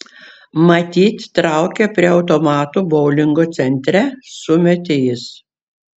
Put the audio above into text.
matyt traukia prie automatų boulingo centre sumetė jis